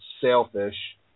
sailfish